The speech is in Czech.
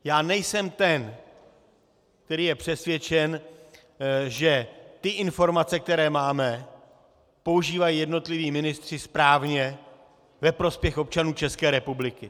Já nejsem ten, který je přesvědčen, že informace, které máme, používají jednotliví ministři správně ve prospěch občanů České republiky.